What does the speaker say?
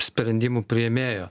sprendimų priėmėjo